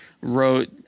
wrote